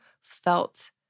felt